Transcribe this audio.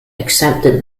accepted